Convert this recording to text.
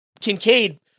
Kincaid